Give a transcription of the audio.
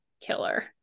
killer